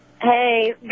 Hey